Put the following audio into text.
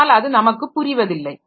ஆனால் அது நமக்கு புரிவதில்லை